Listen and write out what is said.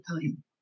time